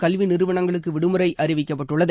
கல்வி நிறுவனங்களுக்கு விடுமுறை அறிவிக்கப்பட்டுள்ளது